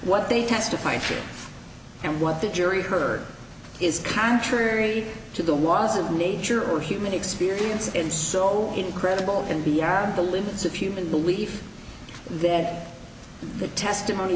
what they testified to and what the jury heard is contrary to the wasn't nature or human experience and so incredible and beyond the limits of human belief then the testimony